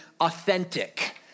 Authentic